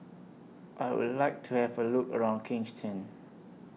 I Would like to Have A Look around Kingston